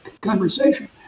conversation